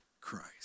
Christ